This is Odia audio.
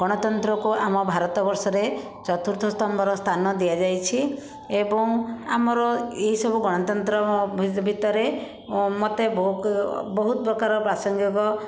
ଗଣତନ୍ତ୍ରକୁ ଆମ ଭାରତ ବର୍ଷରେ ଚତୁର୍ଥ ସ୍ତମ୍ଭର ସ୍ଥାନ ଦିଆଯାଇଛି ଏବଂ ଆମର ଏହି ସବୁ ଗଣତନ୍ତ୍ର ଭିତରେ ମୋତେ ବହୁତ ବହୁତ ପ୍ରକାର ବାସ୍ୟଲବ